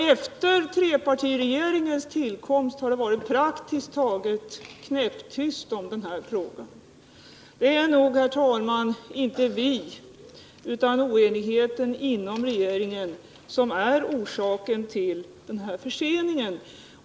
Efter trepartiregeringens tillkomst har det varit praktiskt taget knäpptyst i den här frågan. Det är nog, herr talman, inte vi socialdemokrater utan oenigheten inom regeringen som orsakar förseningen.